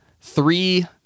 three